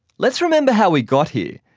let's remember how we got here.